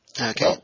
Okay